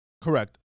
Correct